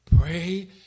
Pray